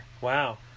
Wow